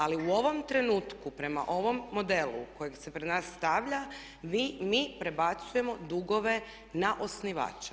Ali u ovom trenutku, prema ovom modelu kojeg se pred nas stavlja mi prebacujemo dugove na osnivača.